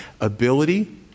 ability